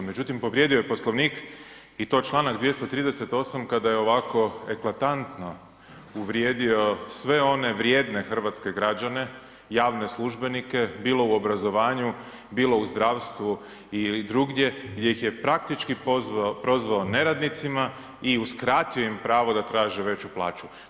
Međutim, povrijedio je Poslovnik i to članak 238. kada je ovako eklatantno uvrijedio sve one vrijedne hrvatske građane, javne službenike bilo u obrazovanju, bilo u zdravstvu ili drugdje gdje ih je praktički prozvao neradnicima i uskratio im pravo da traže veću plaću.